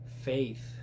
faith